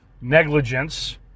negligence